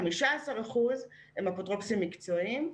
15% הם אפוטרופוסים מקצועיים,